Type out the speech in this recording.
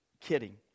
kidding